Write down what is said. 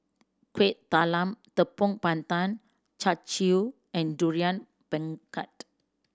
Kuih Talam Tepong Pandan Char Siu and Durian Pengat